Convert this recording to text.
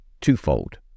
twofold